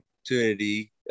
opportunity